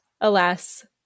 alas